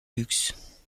luxe